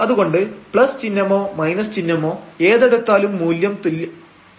അതുകൊണ്ട് ചിഹ്നമോ ചിഹ്നമോ ഏതെടുത്താലും മൂല്യം തുല്യമായിരിക്കും